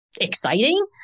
exciting